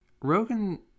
Rogan